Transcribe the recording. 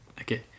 Okay